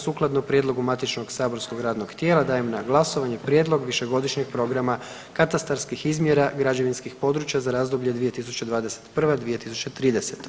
Sukladno prijedlogu matičnog saborskog radnog tijela dajem na glasovanje Prijedlog višegodišnjeg programa katastarskih izmjera građevinskih područja za razdoblje 2021.-2030.